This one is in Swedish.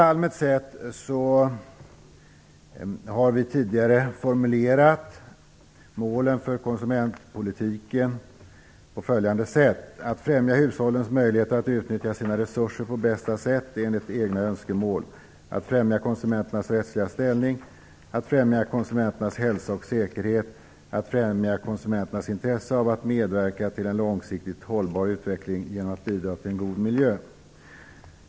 Allmänt sett har vi tidigare formulerat målet för konsumentpolitiken på följande sätt: Att främja hushållens möjligheter att utnyttja sina resurser på bästa sätt enligt egna önskemål. Att främja konsumenternas rättsliga ställning. Att främja konsumenternas hälsa och säkerhet och att främja konsumenternas intresse av att medverka till en långsiktigt hållbar utveckling genom att bidra till en god miljö.